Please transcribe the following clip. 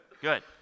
good